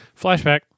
Flashback